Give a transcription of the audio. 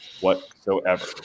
whatsoever